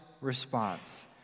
response